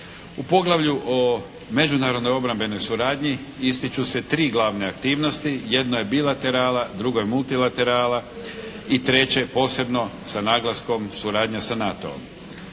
U poglavlju o međunarodnoj obrambenoj suradnji ističu se tri glavne aktivnosti, jedno je bilaterala, drugo je multilaterala i treće posebno sa naglaskom suradnja sa NATO-om.